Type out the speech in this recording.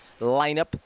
lineup